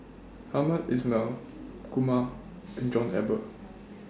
Hamed Ismail Kumar and John Eber